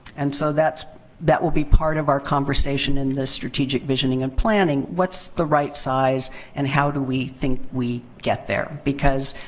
and so, that will be part of our conversation in the strategic visioning and planning. what's the right size and how do we think we get there? because,